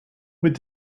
with